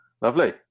Lovely